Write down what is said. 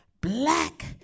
black